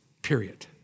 Period